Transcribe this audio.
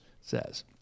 says